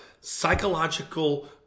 psychological